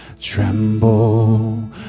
tremble